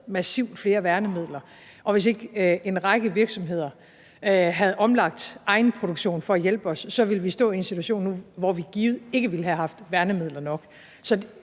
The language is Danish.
massivt flere værnemidler, og hvis ikke en række virksomheder havde omlagt egen produktion for at hjælpe os, ville vi stå i en situation nu, hvor vi givet ikke ville have haft værnemidler nok.